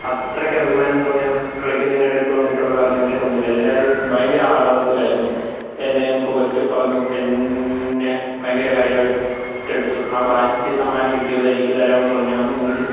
അത്രയ്ക്ക് അഭിമാനം തോന്നിയ ക കളിക്കുന്നതിനിടയിൽ തോന്നിയിട്ടുള്ള വേറെ നിമിഷമൊന്നുമില്ല എല്ലാവരും ഭയങ്കര ആഹ്ളാദത്തിലായിരുന്നു എന്നെയും പുകഴ്ത്തി പറഞ്ഞു എന്നെ ഭയങ്കര കാര്യമായിട്ടെടുത്തു ആ ബാറ്റ് സമ്മാനം കിട്ടിയത് എനിക്ക് തരാമെന്ന് പറഞ്ഞു ഞാൻ ആണെങ്കിൽ